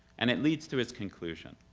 and it leads to its conclusion.